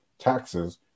taxes